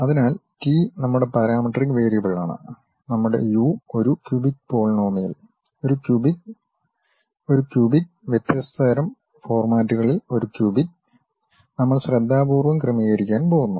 അതിനാൽ t നമ്മുടെ parametric വേരിയബിളാണ് നമ്മുടെ യു ഒരു ക്യൂബിക് പോളിനോമിയൽ ഒരു ക്യുബിക് ഒരു ക്യുബിക് വ്യത്യസ്ത തരം ഫോർമാറ്റുകളിൽ ഒരു ക്യൂബിക് നമ്മൾശ്രദ്ധാപൂർവ്വം ക്രമീകരിക്കാൻ പോകുന്നു